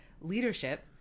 leadership